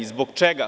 Zbog čega?